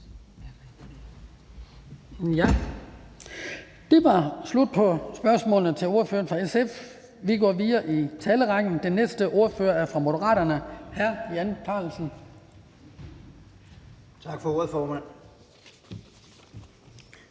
Det var slut på spørgsmålene til ordføreren for SF. Vi går videre i talerrækken. Den næste ordfører er fra Moderaterne. Hr. Jan Carlsen. Kl. 10:07 (Ordfører)